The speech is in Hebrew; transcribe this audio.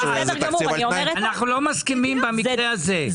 אנחנו לא מסכימים במקרה הזה.